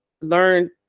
learn